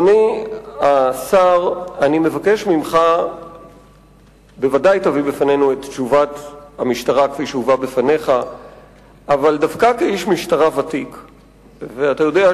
3. באשר